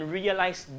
realize